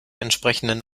entsprechenden